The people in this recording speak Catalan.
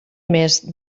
més